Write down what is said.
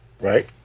Right